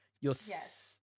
Yes